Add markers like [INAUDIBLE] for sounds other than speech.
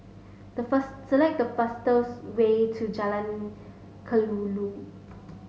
the [UNINTELLIGIBLE] select the fastest way to Jalan Kelulut